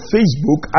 Facebook